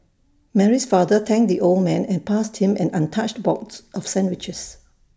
Mary's father thanked the old man and passed him an untouched box of sandwiches